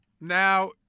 Now